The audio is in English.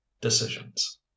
decisions